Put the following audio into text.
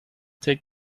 take